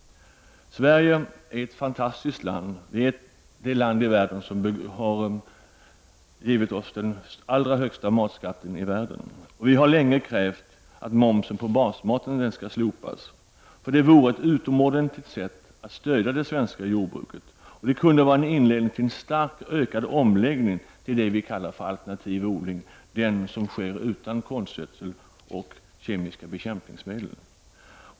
Sverige är ett fantastiskt land. Det har givit oss den högsta matskatten i världen. Vi har länge krävt att momsen på basmaten skall slopas. Det vore ett utomordentligt sätt att stödja det svenska jordbruket. Och en inledning till starkt ökad omläggning till det som kallas alternativodling, den som sker utan konstgödsel och kemiska bekämpningsmedel.